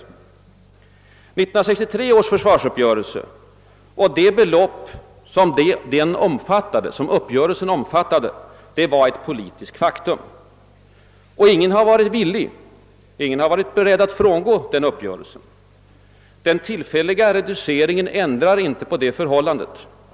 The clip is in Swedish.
1963 års försvarsbeslut och det belopp som uppgörelsen omfattade var ett politiskt faktum, och ingen har varit beredd att frångå den uppgörelsen. Den tillfälliga reduceringen ändrar inte på det förhållandet.